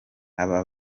aba